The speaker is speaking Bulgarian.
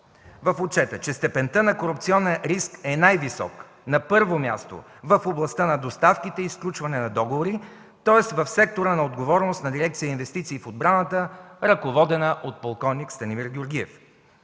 посочва, че степента на корупционен риск е най-висока, на първо място, в областта на доставките и сключване на договори, тоест в сектора на отговорност на Дирекция „Инвестиции в отбраната”, ръководена от полковник Станимир Георгиев.